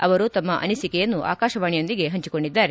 ಅವರು ತಮ್ಮ ಅನಿಸಿಕೆ ಆಕಾಶವಾಣೆಯೊಂದಿಗೆ ಹಂಚಿಕೊಂಡಿದ್ದಾರೆ